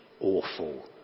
awful